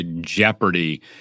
Jeopardy